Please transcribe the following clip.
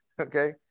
Okay